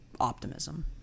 optimism